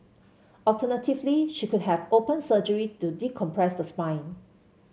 alternatively she could have open surgery to decompress the spine